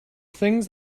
things